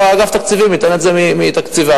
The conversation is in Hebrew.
שאגף התקציבים ייתן את זה מתקציביו.